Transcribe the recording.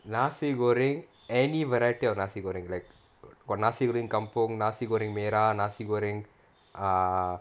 nasi goreng any variety of nasi goreng like got nasi goreng kampung nasi goreng merah nasi goreng err